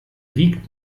wiegt